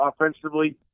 offensively